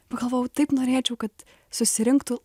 pagalvojau taip norėčiau kad susirinktų